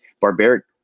barbaric